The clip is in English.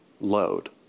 load